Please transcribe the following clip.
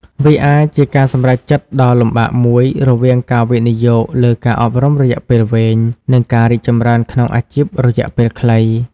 វាអាចជាការសម្រេចចិត្តដ៏លំបាកមួយរវាងការវិនិយោគលើការអប់រំរយៈពេលវែង និងការរីកចម្រើនក្នុងអាជីពរយៈពេលខ្លី។